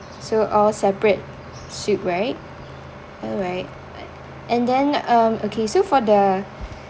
so all separate soup right um alright and then um okay so for the